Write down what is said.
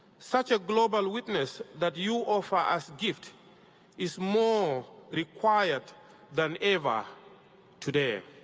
such a global witness that you offer as gift is more required than ever today.